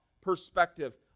perspective